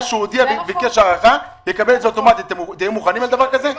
- תהיו מוכנים לזה?